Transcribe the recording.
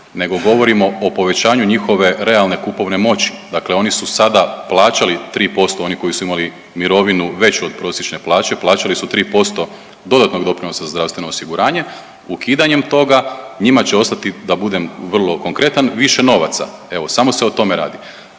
nego govorimo o povećanju njihove realne kupovne moći. Dakle, oni su sada plaćali 3% oni koji su imali mirovinu veću od prosječne plaće, plaćali su 3% dodatnog doprinosa za zdravstveno osiguranje. Ukidanjem toga njima će ostati da budem vrlo konkretan više novaca. Evo samo se o tome radi.